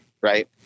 Right